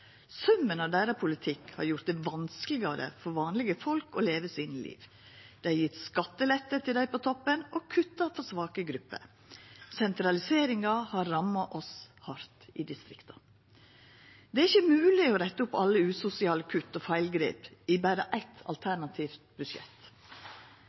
Summen av deira politikk har gjort det vanskelegare for vanlege folk å leva livet sitt. Dei har gjeve skattelette til dei på toppen og kutta for svake grupper. Sentraliseringa har ramma oss hardt i distrikta. Det er ikkje mogleg å retta opp alle usosiale kutt og feilgrep i berre eitt